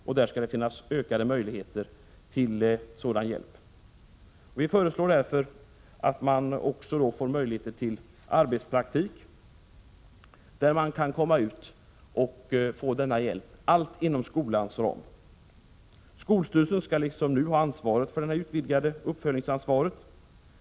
Det bör ges ökade möjligheter att få hjälp med detta. Vi föreslår därför att ungdomarna också ges möjlighet till arbetspraktik — allt inom skolans ram. Skolstyrelserna skall liksom nu ha det utvidgade uppföljningsansvaret.